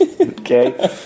okay